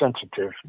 sensitive